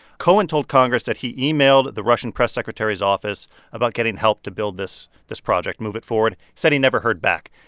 cohen told congress that he emailed the russian press secretary's office about getting help to build this this project, move it forward said he never heard back.